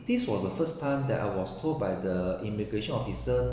this was the first time that I was told by the immigration officer